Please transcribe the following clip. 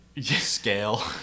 scale